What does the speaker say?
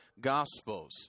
Gospels